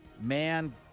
Man